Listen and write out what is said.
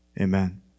Amen